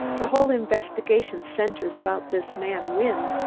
the whole investigation centers about this man wynne.